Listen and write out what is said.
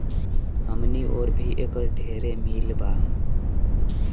हमनी ओर भी एकर ढेरे मील बा